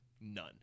None